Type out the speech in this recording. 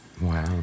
Wow